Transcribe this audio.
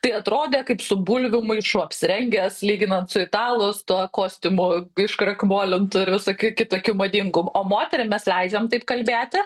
tai atrodė kaip su bulvių maišu apsirengęs lyginant su italu su tuo kostiumu iškrakmolintu ir visokiu kitokiu madingu o moterim mes leidžiam taip kalbėti